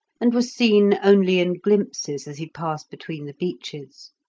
and was seen only in glimpses as he passed between the beeches.